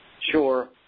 sure